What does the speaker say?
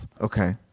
Okay